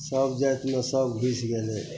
सब जातिमे सभ घुसि गेलैए